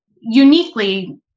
uniquely